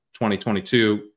2022